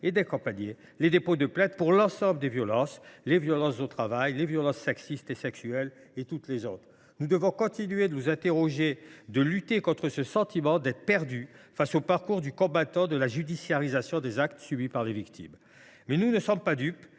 et d’accompagner les dépôts de plainte pour l’ensemble des violences, notamment les violences au travail ou les violences sexistes et sexuelles. Nous devons continuer de nous interroger sur le sentiment d’être perdu dans le parcours du combattant de la judiciarisation des actes subis par les victimes. Mais nous ne sommes pas dupes